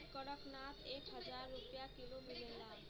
कड़कनाथ एक हजार रुपिया किलो मिलेला